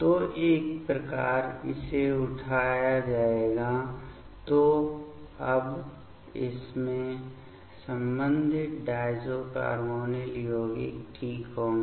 तो एक बार इसे उठाया जाएगा तो अब इसमें संबंधित डायज़ोकार्बोनिल यौगिक ठीक होंगे